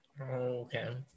Okay